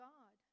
God